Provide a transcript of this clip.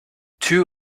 two